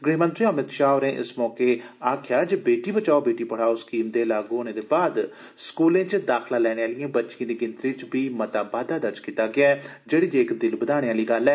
गृहमंत्री अमित शाह होरें इस मौके आक्खेआ जे बेटी बचाओ बेटी पढ़ाओ स्कीम दे लागू होने दे बाद स्कूलें च दाखला लैने आलिएं बच्चिएं दी गिनतरी च बी मता बाद्दा दर्ज कीता गेआ ऐ जेड़ी जे एह दिल बधाने आली गल्ल ऐ